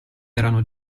erano